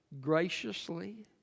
graciously